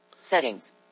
Settings